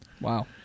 Wow